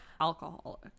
Alcoholic